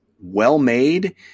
well-made